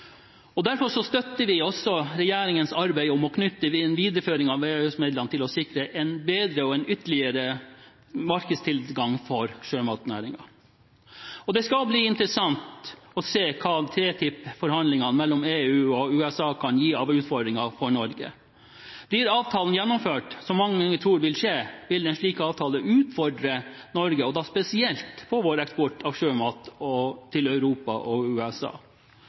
Derfor støtter vi også regjeringens arbeid med å knytte videreføring av EØS-midlene til å sikre en ytterligere bedring av markedstilgangen for sjømatnæringen. Det skal bli interessant å se hva TTlP-forhandlingene mellom EU og USA kan gi av utfordringer for Norge. Blir avtalen gjennomført – som mange tror vil skje – vil en slik avtale utfordre Norge, spesielt når det gjelder vår eksport av sjømat til Europa og USA.